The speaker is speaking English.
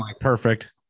Perfect